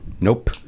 Nope